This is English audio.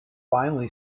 finally